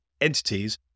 entities